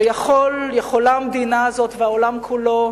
ויכולה המדינה הזאת, והעולם כולו,